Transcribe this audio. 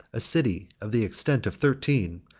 a city of the extent of thirteen,